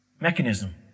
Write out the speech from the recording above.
mechanism